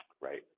Right